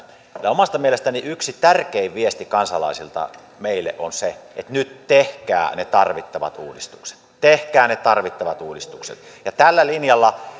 omasta mielestäni yksi tärkein viesti kansalaisilta meille on se että nyt tehkää ne tarvittavat uudistukset tehkää ne tarvittavat uudistukset tällä linjalla